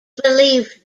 believed